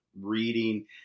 reading